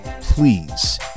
please